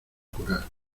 curar